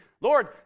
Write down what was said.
Lord